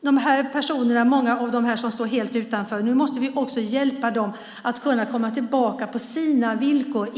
Många av dem som står helt utanför måste vi nu hjälpa så att de, på sina villkor, kan komma tillbaka